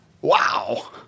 Wow